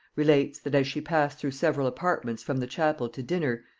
relates, that as she passed through several apartments from the chapel to dinner,